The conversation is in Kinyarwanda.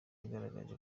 yagaragaje